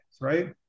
right